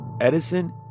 Edison